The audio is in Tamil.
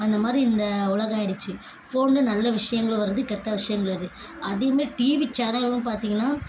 அந்தமாதிரி இந்த உலகம் ஆயிடுச்சு ஃபோனில் நல்ல விஷயங்களும் வருது கெட்ட விஷயங்கள் வருது அதையுமே டிவி சேனல்களும் பார்த்தீங்கன்னா